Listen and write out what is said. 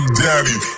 daddy